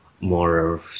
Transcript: more